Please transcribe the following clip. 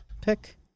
pick